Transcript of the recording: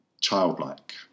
childlike